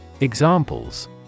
Examples